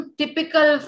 typical